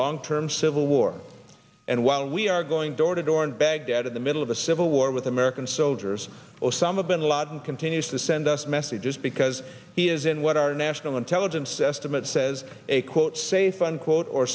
long term civil war and while we are going door to door in baghdad in the middle of a civil war with american soldiers osama bin laden continues to send us messages because he is in what our national intelligence estimate says a quote safe unquote or